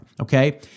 okay